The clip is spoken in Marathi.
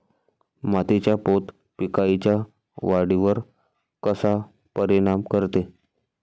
मातीचा पोत पिकाईच्या वाढीवर कसा परिनाम करते?